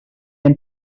amb